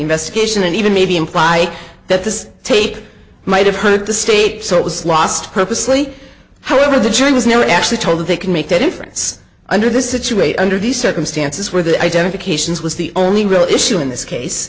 investigation and even maybe implying that this tape might have hurt the state so it was lost purposely however the jury was no actually told that they can make a difference under the scituate under these circumstances where the identifications was the only real issue in this